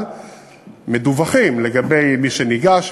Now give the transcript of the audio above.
אבל אנחנו מדוּוחים לגבי מי שניגש,